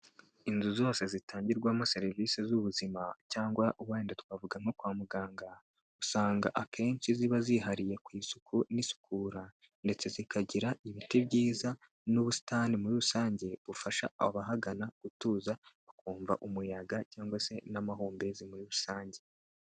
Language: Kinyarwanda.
Inzu zose zitangirwamo serivisi z'ubuzima cyangwa wenda twavuga nko kwa muganga, usanga akenshi ziba zihariye ku isuku n'isukura ndetse zikagira ibiti byiza n'ubusitani muri rusange bufasha abahagana gutuza bakumva umuyaga cyangwa se n'amahumbezi muri rusange.